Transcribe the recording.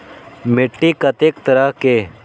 मिट्टी कतेक तरह के?